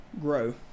grow